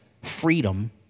Freedom